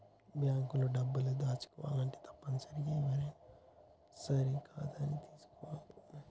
bank లో డబ్బులు దాచుకోవాలంటే తప్పనిసరిగా ఎవ్వరైనా సరే ఖాతాని తీసుకోవాల్ల